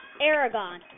Aragon